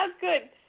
good